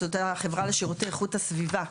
שזאת הייתה החברה לשירותי איכות הסביבה,